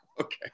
okay